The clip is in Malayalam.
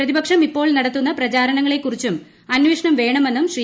പ്രതിപക്ഷം ഇപ്പോൾ നടത്തുന്ന പ്രചാരണങ്ങളെക്കുറിച്ചും അന്വേഷണം വേണമെന്നും ശ്രീ